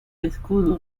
escudo